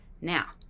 Now